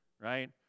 right